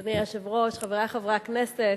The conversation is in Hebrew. אדוני היושב-ראש, חברי חברי הכנסת,